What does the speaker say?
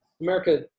America